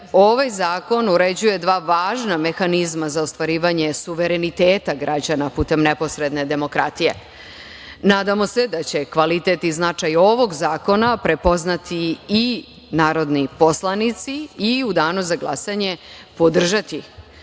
ovaj zakon uređuje dva važna mehanizma za ostvarivanje suvereniteta građana putem neposredne demokratije. Nadamo se da će kvalitet i značaj ovog zakona prepoznati i narodni poslanici i u Danu za glasanje podržati